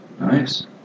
nice